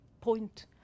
point